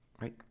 Right